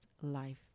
life